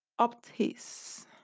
Optis